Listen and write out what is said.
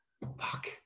Fuck